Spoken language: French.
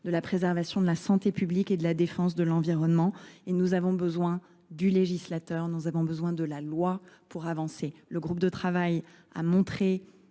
de la préservation de la santé publique et de la défense de l'environnement. Et nous avons besoin du législateur, nous avons besoin de la loi pour avancer. Le groupe de travail a montré